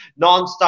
nonstop